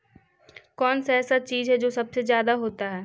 कौन सा ऐसा चीज है जो सबसे ज्यादा होता है?